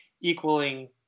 equaling